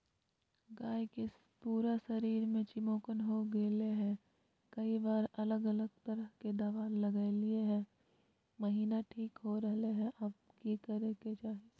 गाय के पूरा शरीर में चिमोकन हो गेलै है, कई बार अलग अलग तरह के दवा ल्गैलिए है महिना ठीक हो रहले है, अब की करे के चाही?